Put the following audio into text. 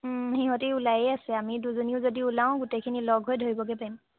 সিহঁতি ওলাইয়ে আছে আমি দুজনীও যদি ওলাও গোটেইখিনি লগ হৈ ধৰিবগৈ পাৰিম